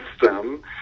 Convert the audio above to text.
system